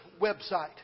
website